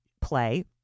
play